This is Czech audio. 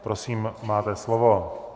Prosím, máte slovo.